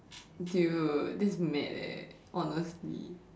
dude this is mad eh honestly